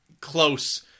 close